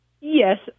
yes